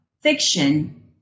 fiction